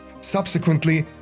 Subsequently